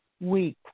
week